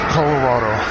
Colorado